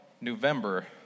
November